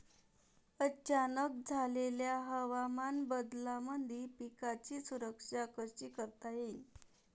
अचानक झालेल्या हवामान बदलामंदी पिकाची सुरक्षा कशी करता येईन?